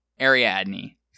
Ariadne